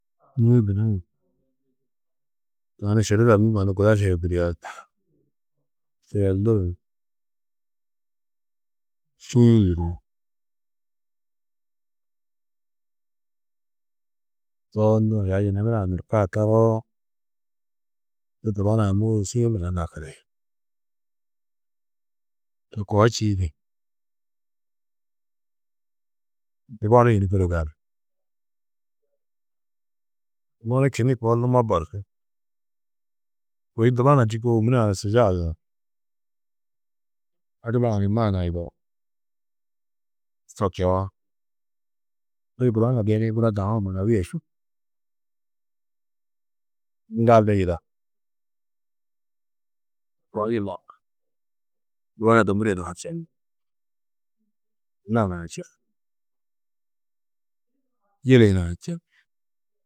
Nû, tani širida nû mannu guda šeldiria tîyi. Šeldur ni šiĩ yûduri. To nû aya yunu nurã nerkaa taroo du dubana-ã mûuru šiĩ gunna nakiri. To koo čîidi dubonu yunu budi gali. Dubonu kinnú koo numo bozú. Kôi dubana čûkoo ômuri yidao adibaa-ã ni maana yidao sotčoo. Kôi gura na geenĩ muro dahu-ã maanawîye ŋgalli yida. To koo yila dubana dômure hunã ni čeni, anna hunã ni čeni, yili hunã ni čeni